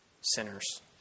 sinners